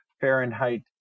Fahrenheit